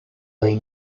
این